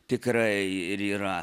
tikrai ir yra